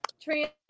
Trans